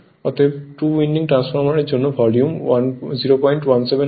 অতএব 2 উইন্ডিং ট্রান্সফরমারের জন্য ভলিউম 017 হবে